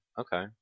Okay